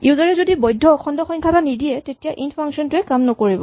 user এ যদি বৈধ্য অখণ্ড সংখ্যা এটা নিদিয়ে তেতিয়া ইন্ট ফাংচন টোৱে কাম নকৰিব